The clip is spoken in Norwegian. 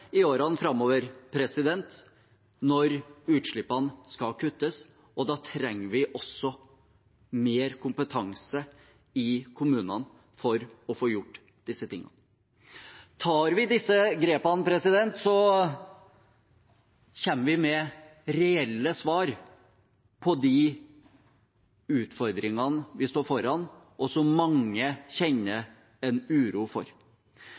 i årene framover når utslippene skal kuttes, og da trenger vi også mer kompetanse i kommunene for å få gjort disse tingene. Tar vi disse grepene, kommer vi med reelle svar på de utfordringene vi står foran, og som mange kjenner en uro for.